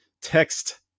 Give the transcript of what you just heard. text